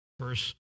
verse